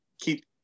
keep